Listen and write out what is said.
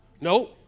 No